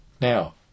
now